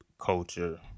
culture